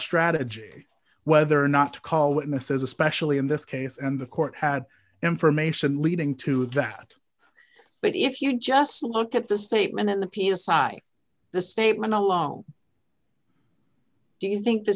strategy whether or not to call witnesses especially in this case and the court had information leading to that but if you just look at the statement in the p s i i the statement along do you think th